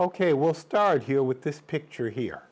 ok we'll start here with this picture here